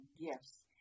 gifts